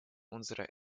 unsere